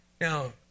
Now